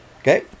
Okay